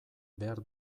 behar